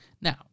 Now